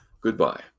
goodbye